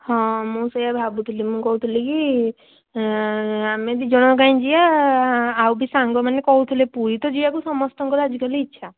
ହଁ ମୁଁ ସେଇଆ ଭାବୁଥିଲି ମୁଁ କହୁଥିଲିକି ଆମେ ଦୁଇଜଣ କାଇଁ ଯିବା ଆଉ ବି ସାଙ୍ଗମାନେ କହୁଥିଲେ ପୁରୀ ତ ଯିବାକୁ ସମସ୍ତଙ୍କର ଆଜିକାଲି ଇଚ୍ଛା